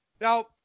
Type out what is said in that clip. Now